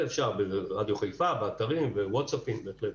אפשר ברדיו חיפה, באתרים בווטסאפים, בהחלט.